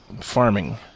farming